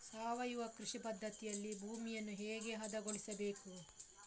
ಸಾವಯವ ಕೃಷಿ ಪದ್ಧತಿಯಲ್ಲಿ ಭೂಮಿಯನ್ನು ಹೇಗೆ ಹದಗೊಳಿಸಬೇಕು?